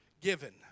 given